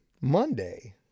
Monday